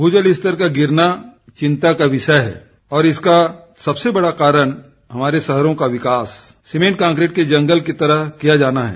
भू जल स्तर का गिरना चिंता का विषय है और इसका सबसे बड़ा कारण हमारे शहरों का विकास सीमेंट कांक्रीट के जंगल की तरह किया जाना है